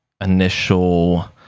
initial